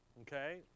Okay